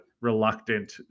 Reluctant